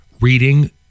reading